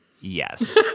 yes